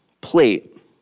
plate